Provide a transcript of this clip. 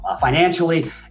financially